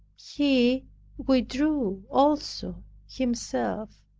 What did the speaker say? he withdrew also himself.